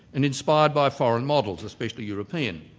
and inspired by foreign models, especially european.